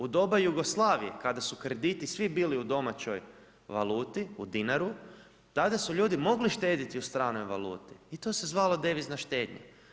U doba Jugoslavije kada su krediti svi bili u domaćoj valuti, u dinaru, tada su ljudi mogli štedjeti u stranoj valuti i to se zvalo devizna štednja.